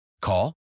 Call